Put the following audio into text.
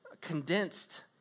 condensed